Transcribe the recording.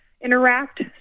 interact